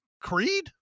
creed